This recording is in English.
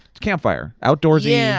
campfire. outdoorsy. yeah.